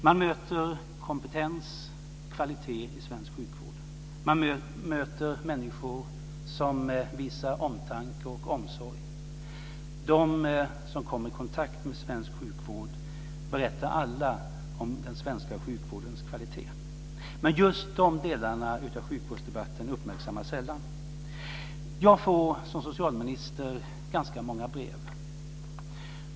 Man möter kompetens och kvalitet i svensk sjukvård. Man möter människor som visar omtanke och omsorg. De som kommer i kontakt med svensk sjukvård berättar alla om den svenska sjukvårdens kvalitet. Men just de delarna av sjukvårdsdebatten uppmärksammas sällan. Jag får som socialminister ganska många brev.